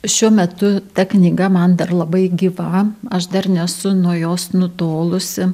šiuo metu ta knyga man dar labai gyva aš dar nesu nuo jos nutolusi